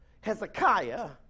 Hezekiah